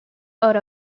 out